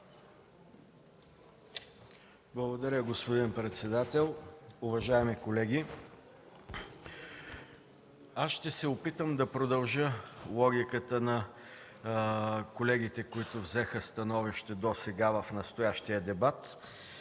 Благодаря, господин председател. Уважаеми колеги, ще се опитам да продължа логиката на колегите, които взеха становища досега в настоящия дебат.